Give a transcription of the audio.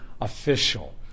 official